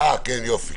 אה, יופי.